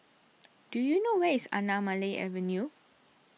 do you know where is Anamalai Avenue